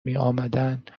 میآمدند